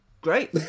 Great